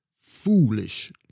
foolish